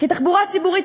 כי התחבורה הציבורית,